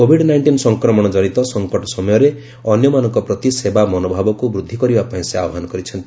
Covid nineteen ସଂକ୍ରମଣ ଜନିତ ସଂକଟ ସମୟରେ ଅନ୍ୟମାନଙ୍କ ପ୍ରତି ସେବା ମନୋଭାବକୁ ବୃଦ୍ଧି କରିବା ପାଇଁ ସେ ଆହ୍ୱାନ କରିଛନ୍ତି